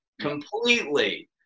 completely